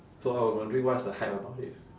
so I was wondering what's the hype about it